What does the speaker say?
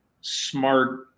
smart